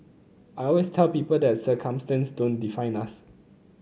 I always tell people that circumstances don't define us